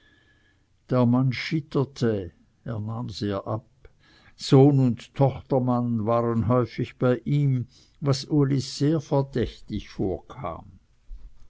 der mann schitterte sohn und tochtermann waren häufig bei ihm was uli sehr verdächtig vorkam